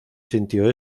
sintió